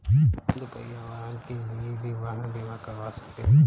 आप दुपहिया वाहन के लिए भी वाहन बीमा करवा सकते हैं